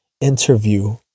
interview